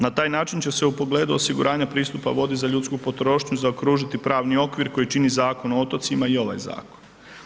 Na taj način će se u pogledu osiguranja pristupa vodi za ljudsku potrošnju zaokružiti pravni okvir koji čini Zakon o otocima i ovaj zakon.